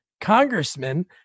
congressman